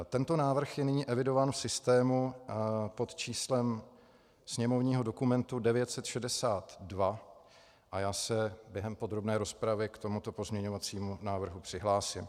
Tento návrh je nyní evidován v systému pod číslem sněmovního dokumentu 962 a já se během podrobné rozpravy k tomuto pozměňovacímu návrhu přihlásím.